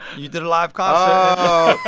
you did a live concert oh,